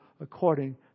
according